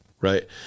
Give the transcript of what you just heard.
right